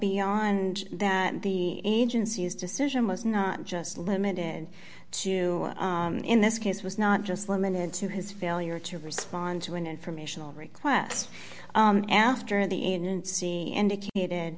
beyond that the agency's decision was not just limited to in this case was not just limited to his failure to respond to an informational request after the and see indicated